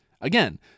Again